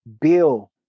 bill